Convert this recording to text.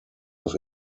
auf